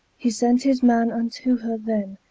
he sent his man unto her then,